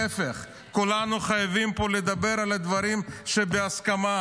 להפך, כולנו חייבים לדבר פה על דברים שבהסכמה.